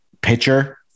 pitcher